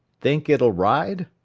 think it'll ride?